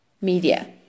media